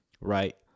right